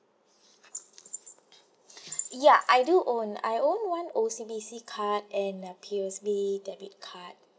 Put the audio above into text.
ya I do own I own one O_C_B_C card and uh P_O_S_B debit card